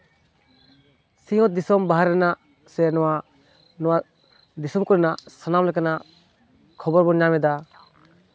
ᱥᱤᱧᱚᱛ ᱫᱤᱥᱚᱢ ᱵᱟᱨᱦᱮ ᱨᱮᱱᱟᱜ ᱥᱮ ᱱᱚᱣᱟ ᱱᱚᱣᱟ ᱫᱤᱥᱚᱢ ᱠᱚᱨᱮᱱᱟᱜ ᱥᱟᱱᱟᱢ ᱞᱮᱠᱟᱱᱟᱜ ᱠᱷᱚᱵᱚᱨ ᱵᱚᱱ ᱧᱟᱢᱮᱫᱟ